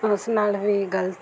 ਉਸ ਨਾਲ ਵੀ ਗਲਤ